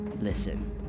Listen